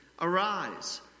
Arise